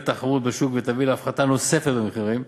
התחרות בשוק ותביא להפחתה נוספת במחירים.